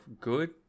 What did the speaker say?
good